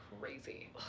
crazy